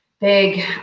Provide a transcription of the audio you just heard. big